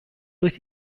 durch